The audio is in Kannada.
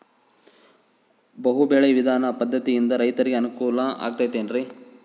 ಬಹು ಬೆಳೆ ವಿಧಾನ ಪದ್ಧತಿಯಿಂದ ರೈತರಿಗೆ ಅನುಕೂಲ ಆಗತೈತೇನ್ರಿ?